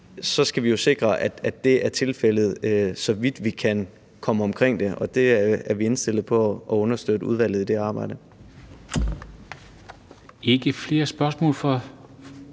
vi jo sikre, at det er tilfældet, så vidt vi kan komme omkring det, og vi er indstillet på at understøtte udvalget i det arbejde. Kl. 20:44 Formanden